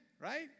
right